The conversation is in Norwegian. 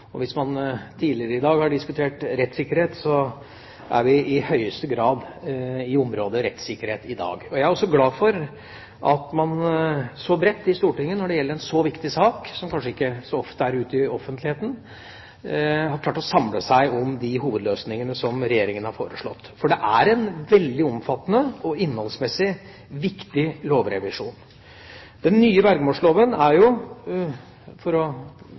og hvis man tidligere i dag har diskutert rettssikkerhet, er vi i høyeste grad i området rettssikkerhet også nå. Jeg er også glad for at man så bredt i Stortinget når det gjelder en så viktig sak, som kanskje ikke så ofte er ute i offentligheten, har klart å samle seg om de hovedløsningene som Regjeringa har foreslått. For det er en veldig omfattende og innholdsmessig viktig lovrevisjon. Den nye vergemålsloven er jo, for å